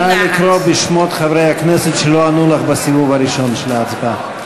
נא לקרוא בשמות חברי הכנסת שלא ענו לך בסיבוב הראשון של ההצבעה.